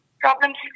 problems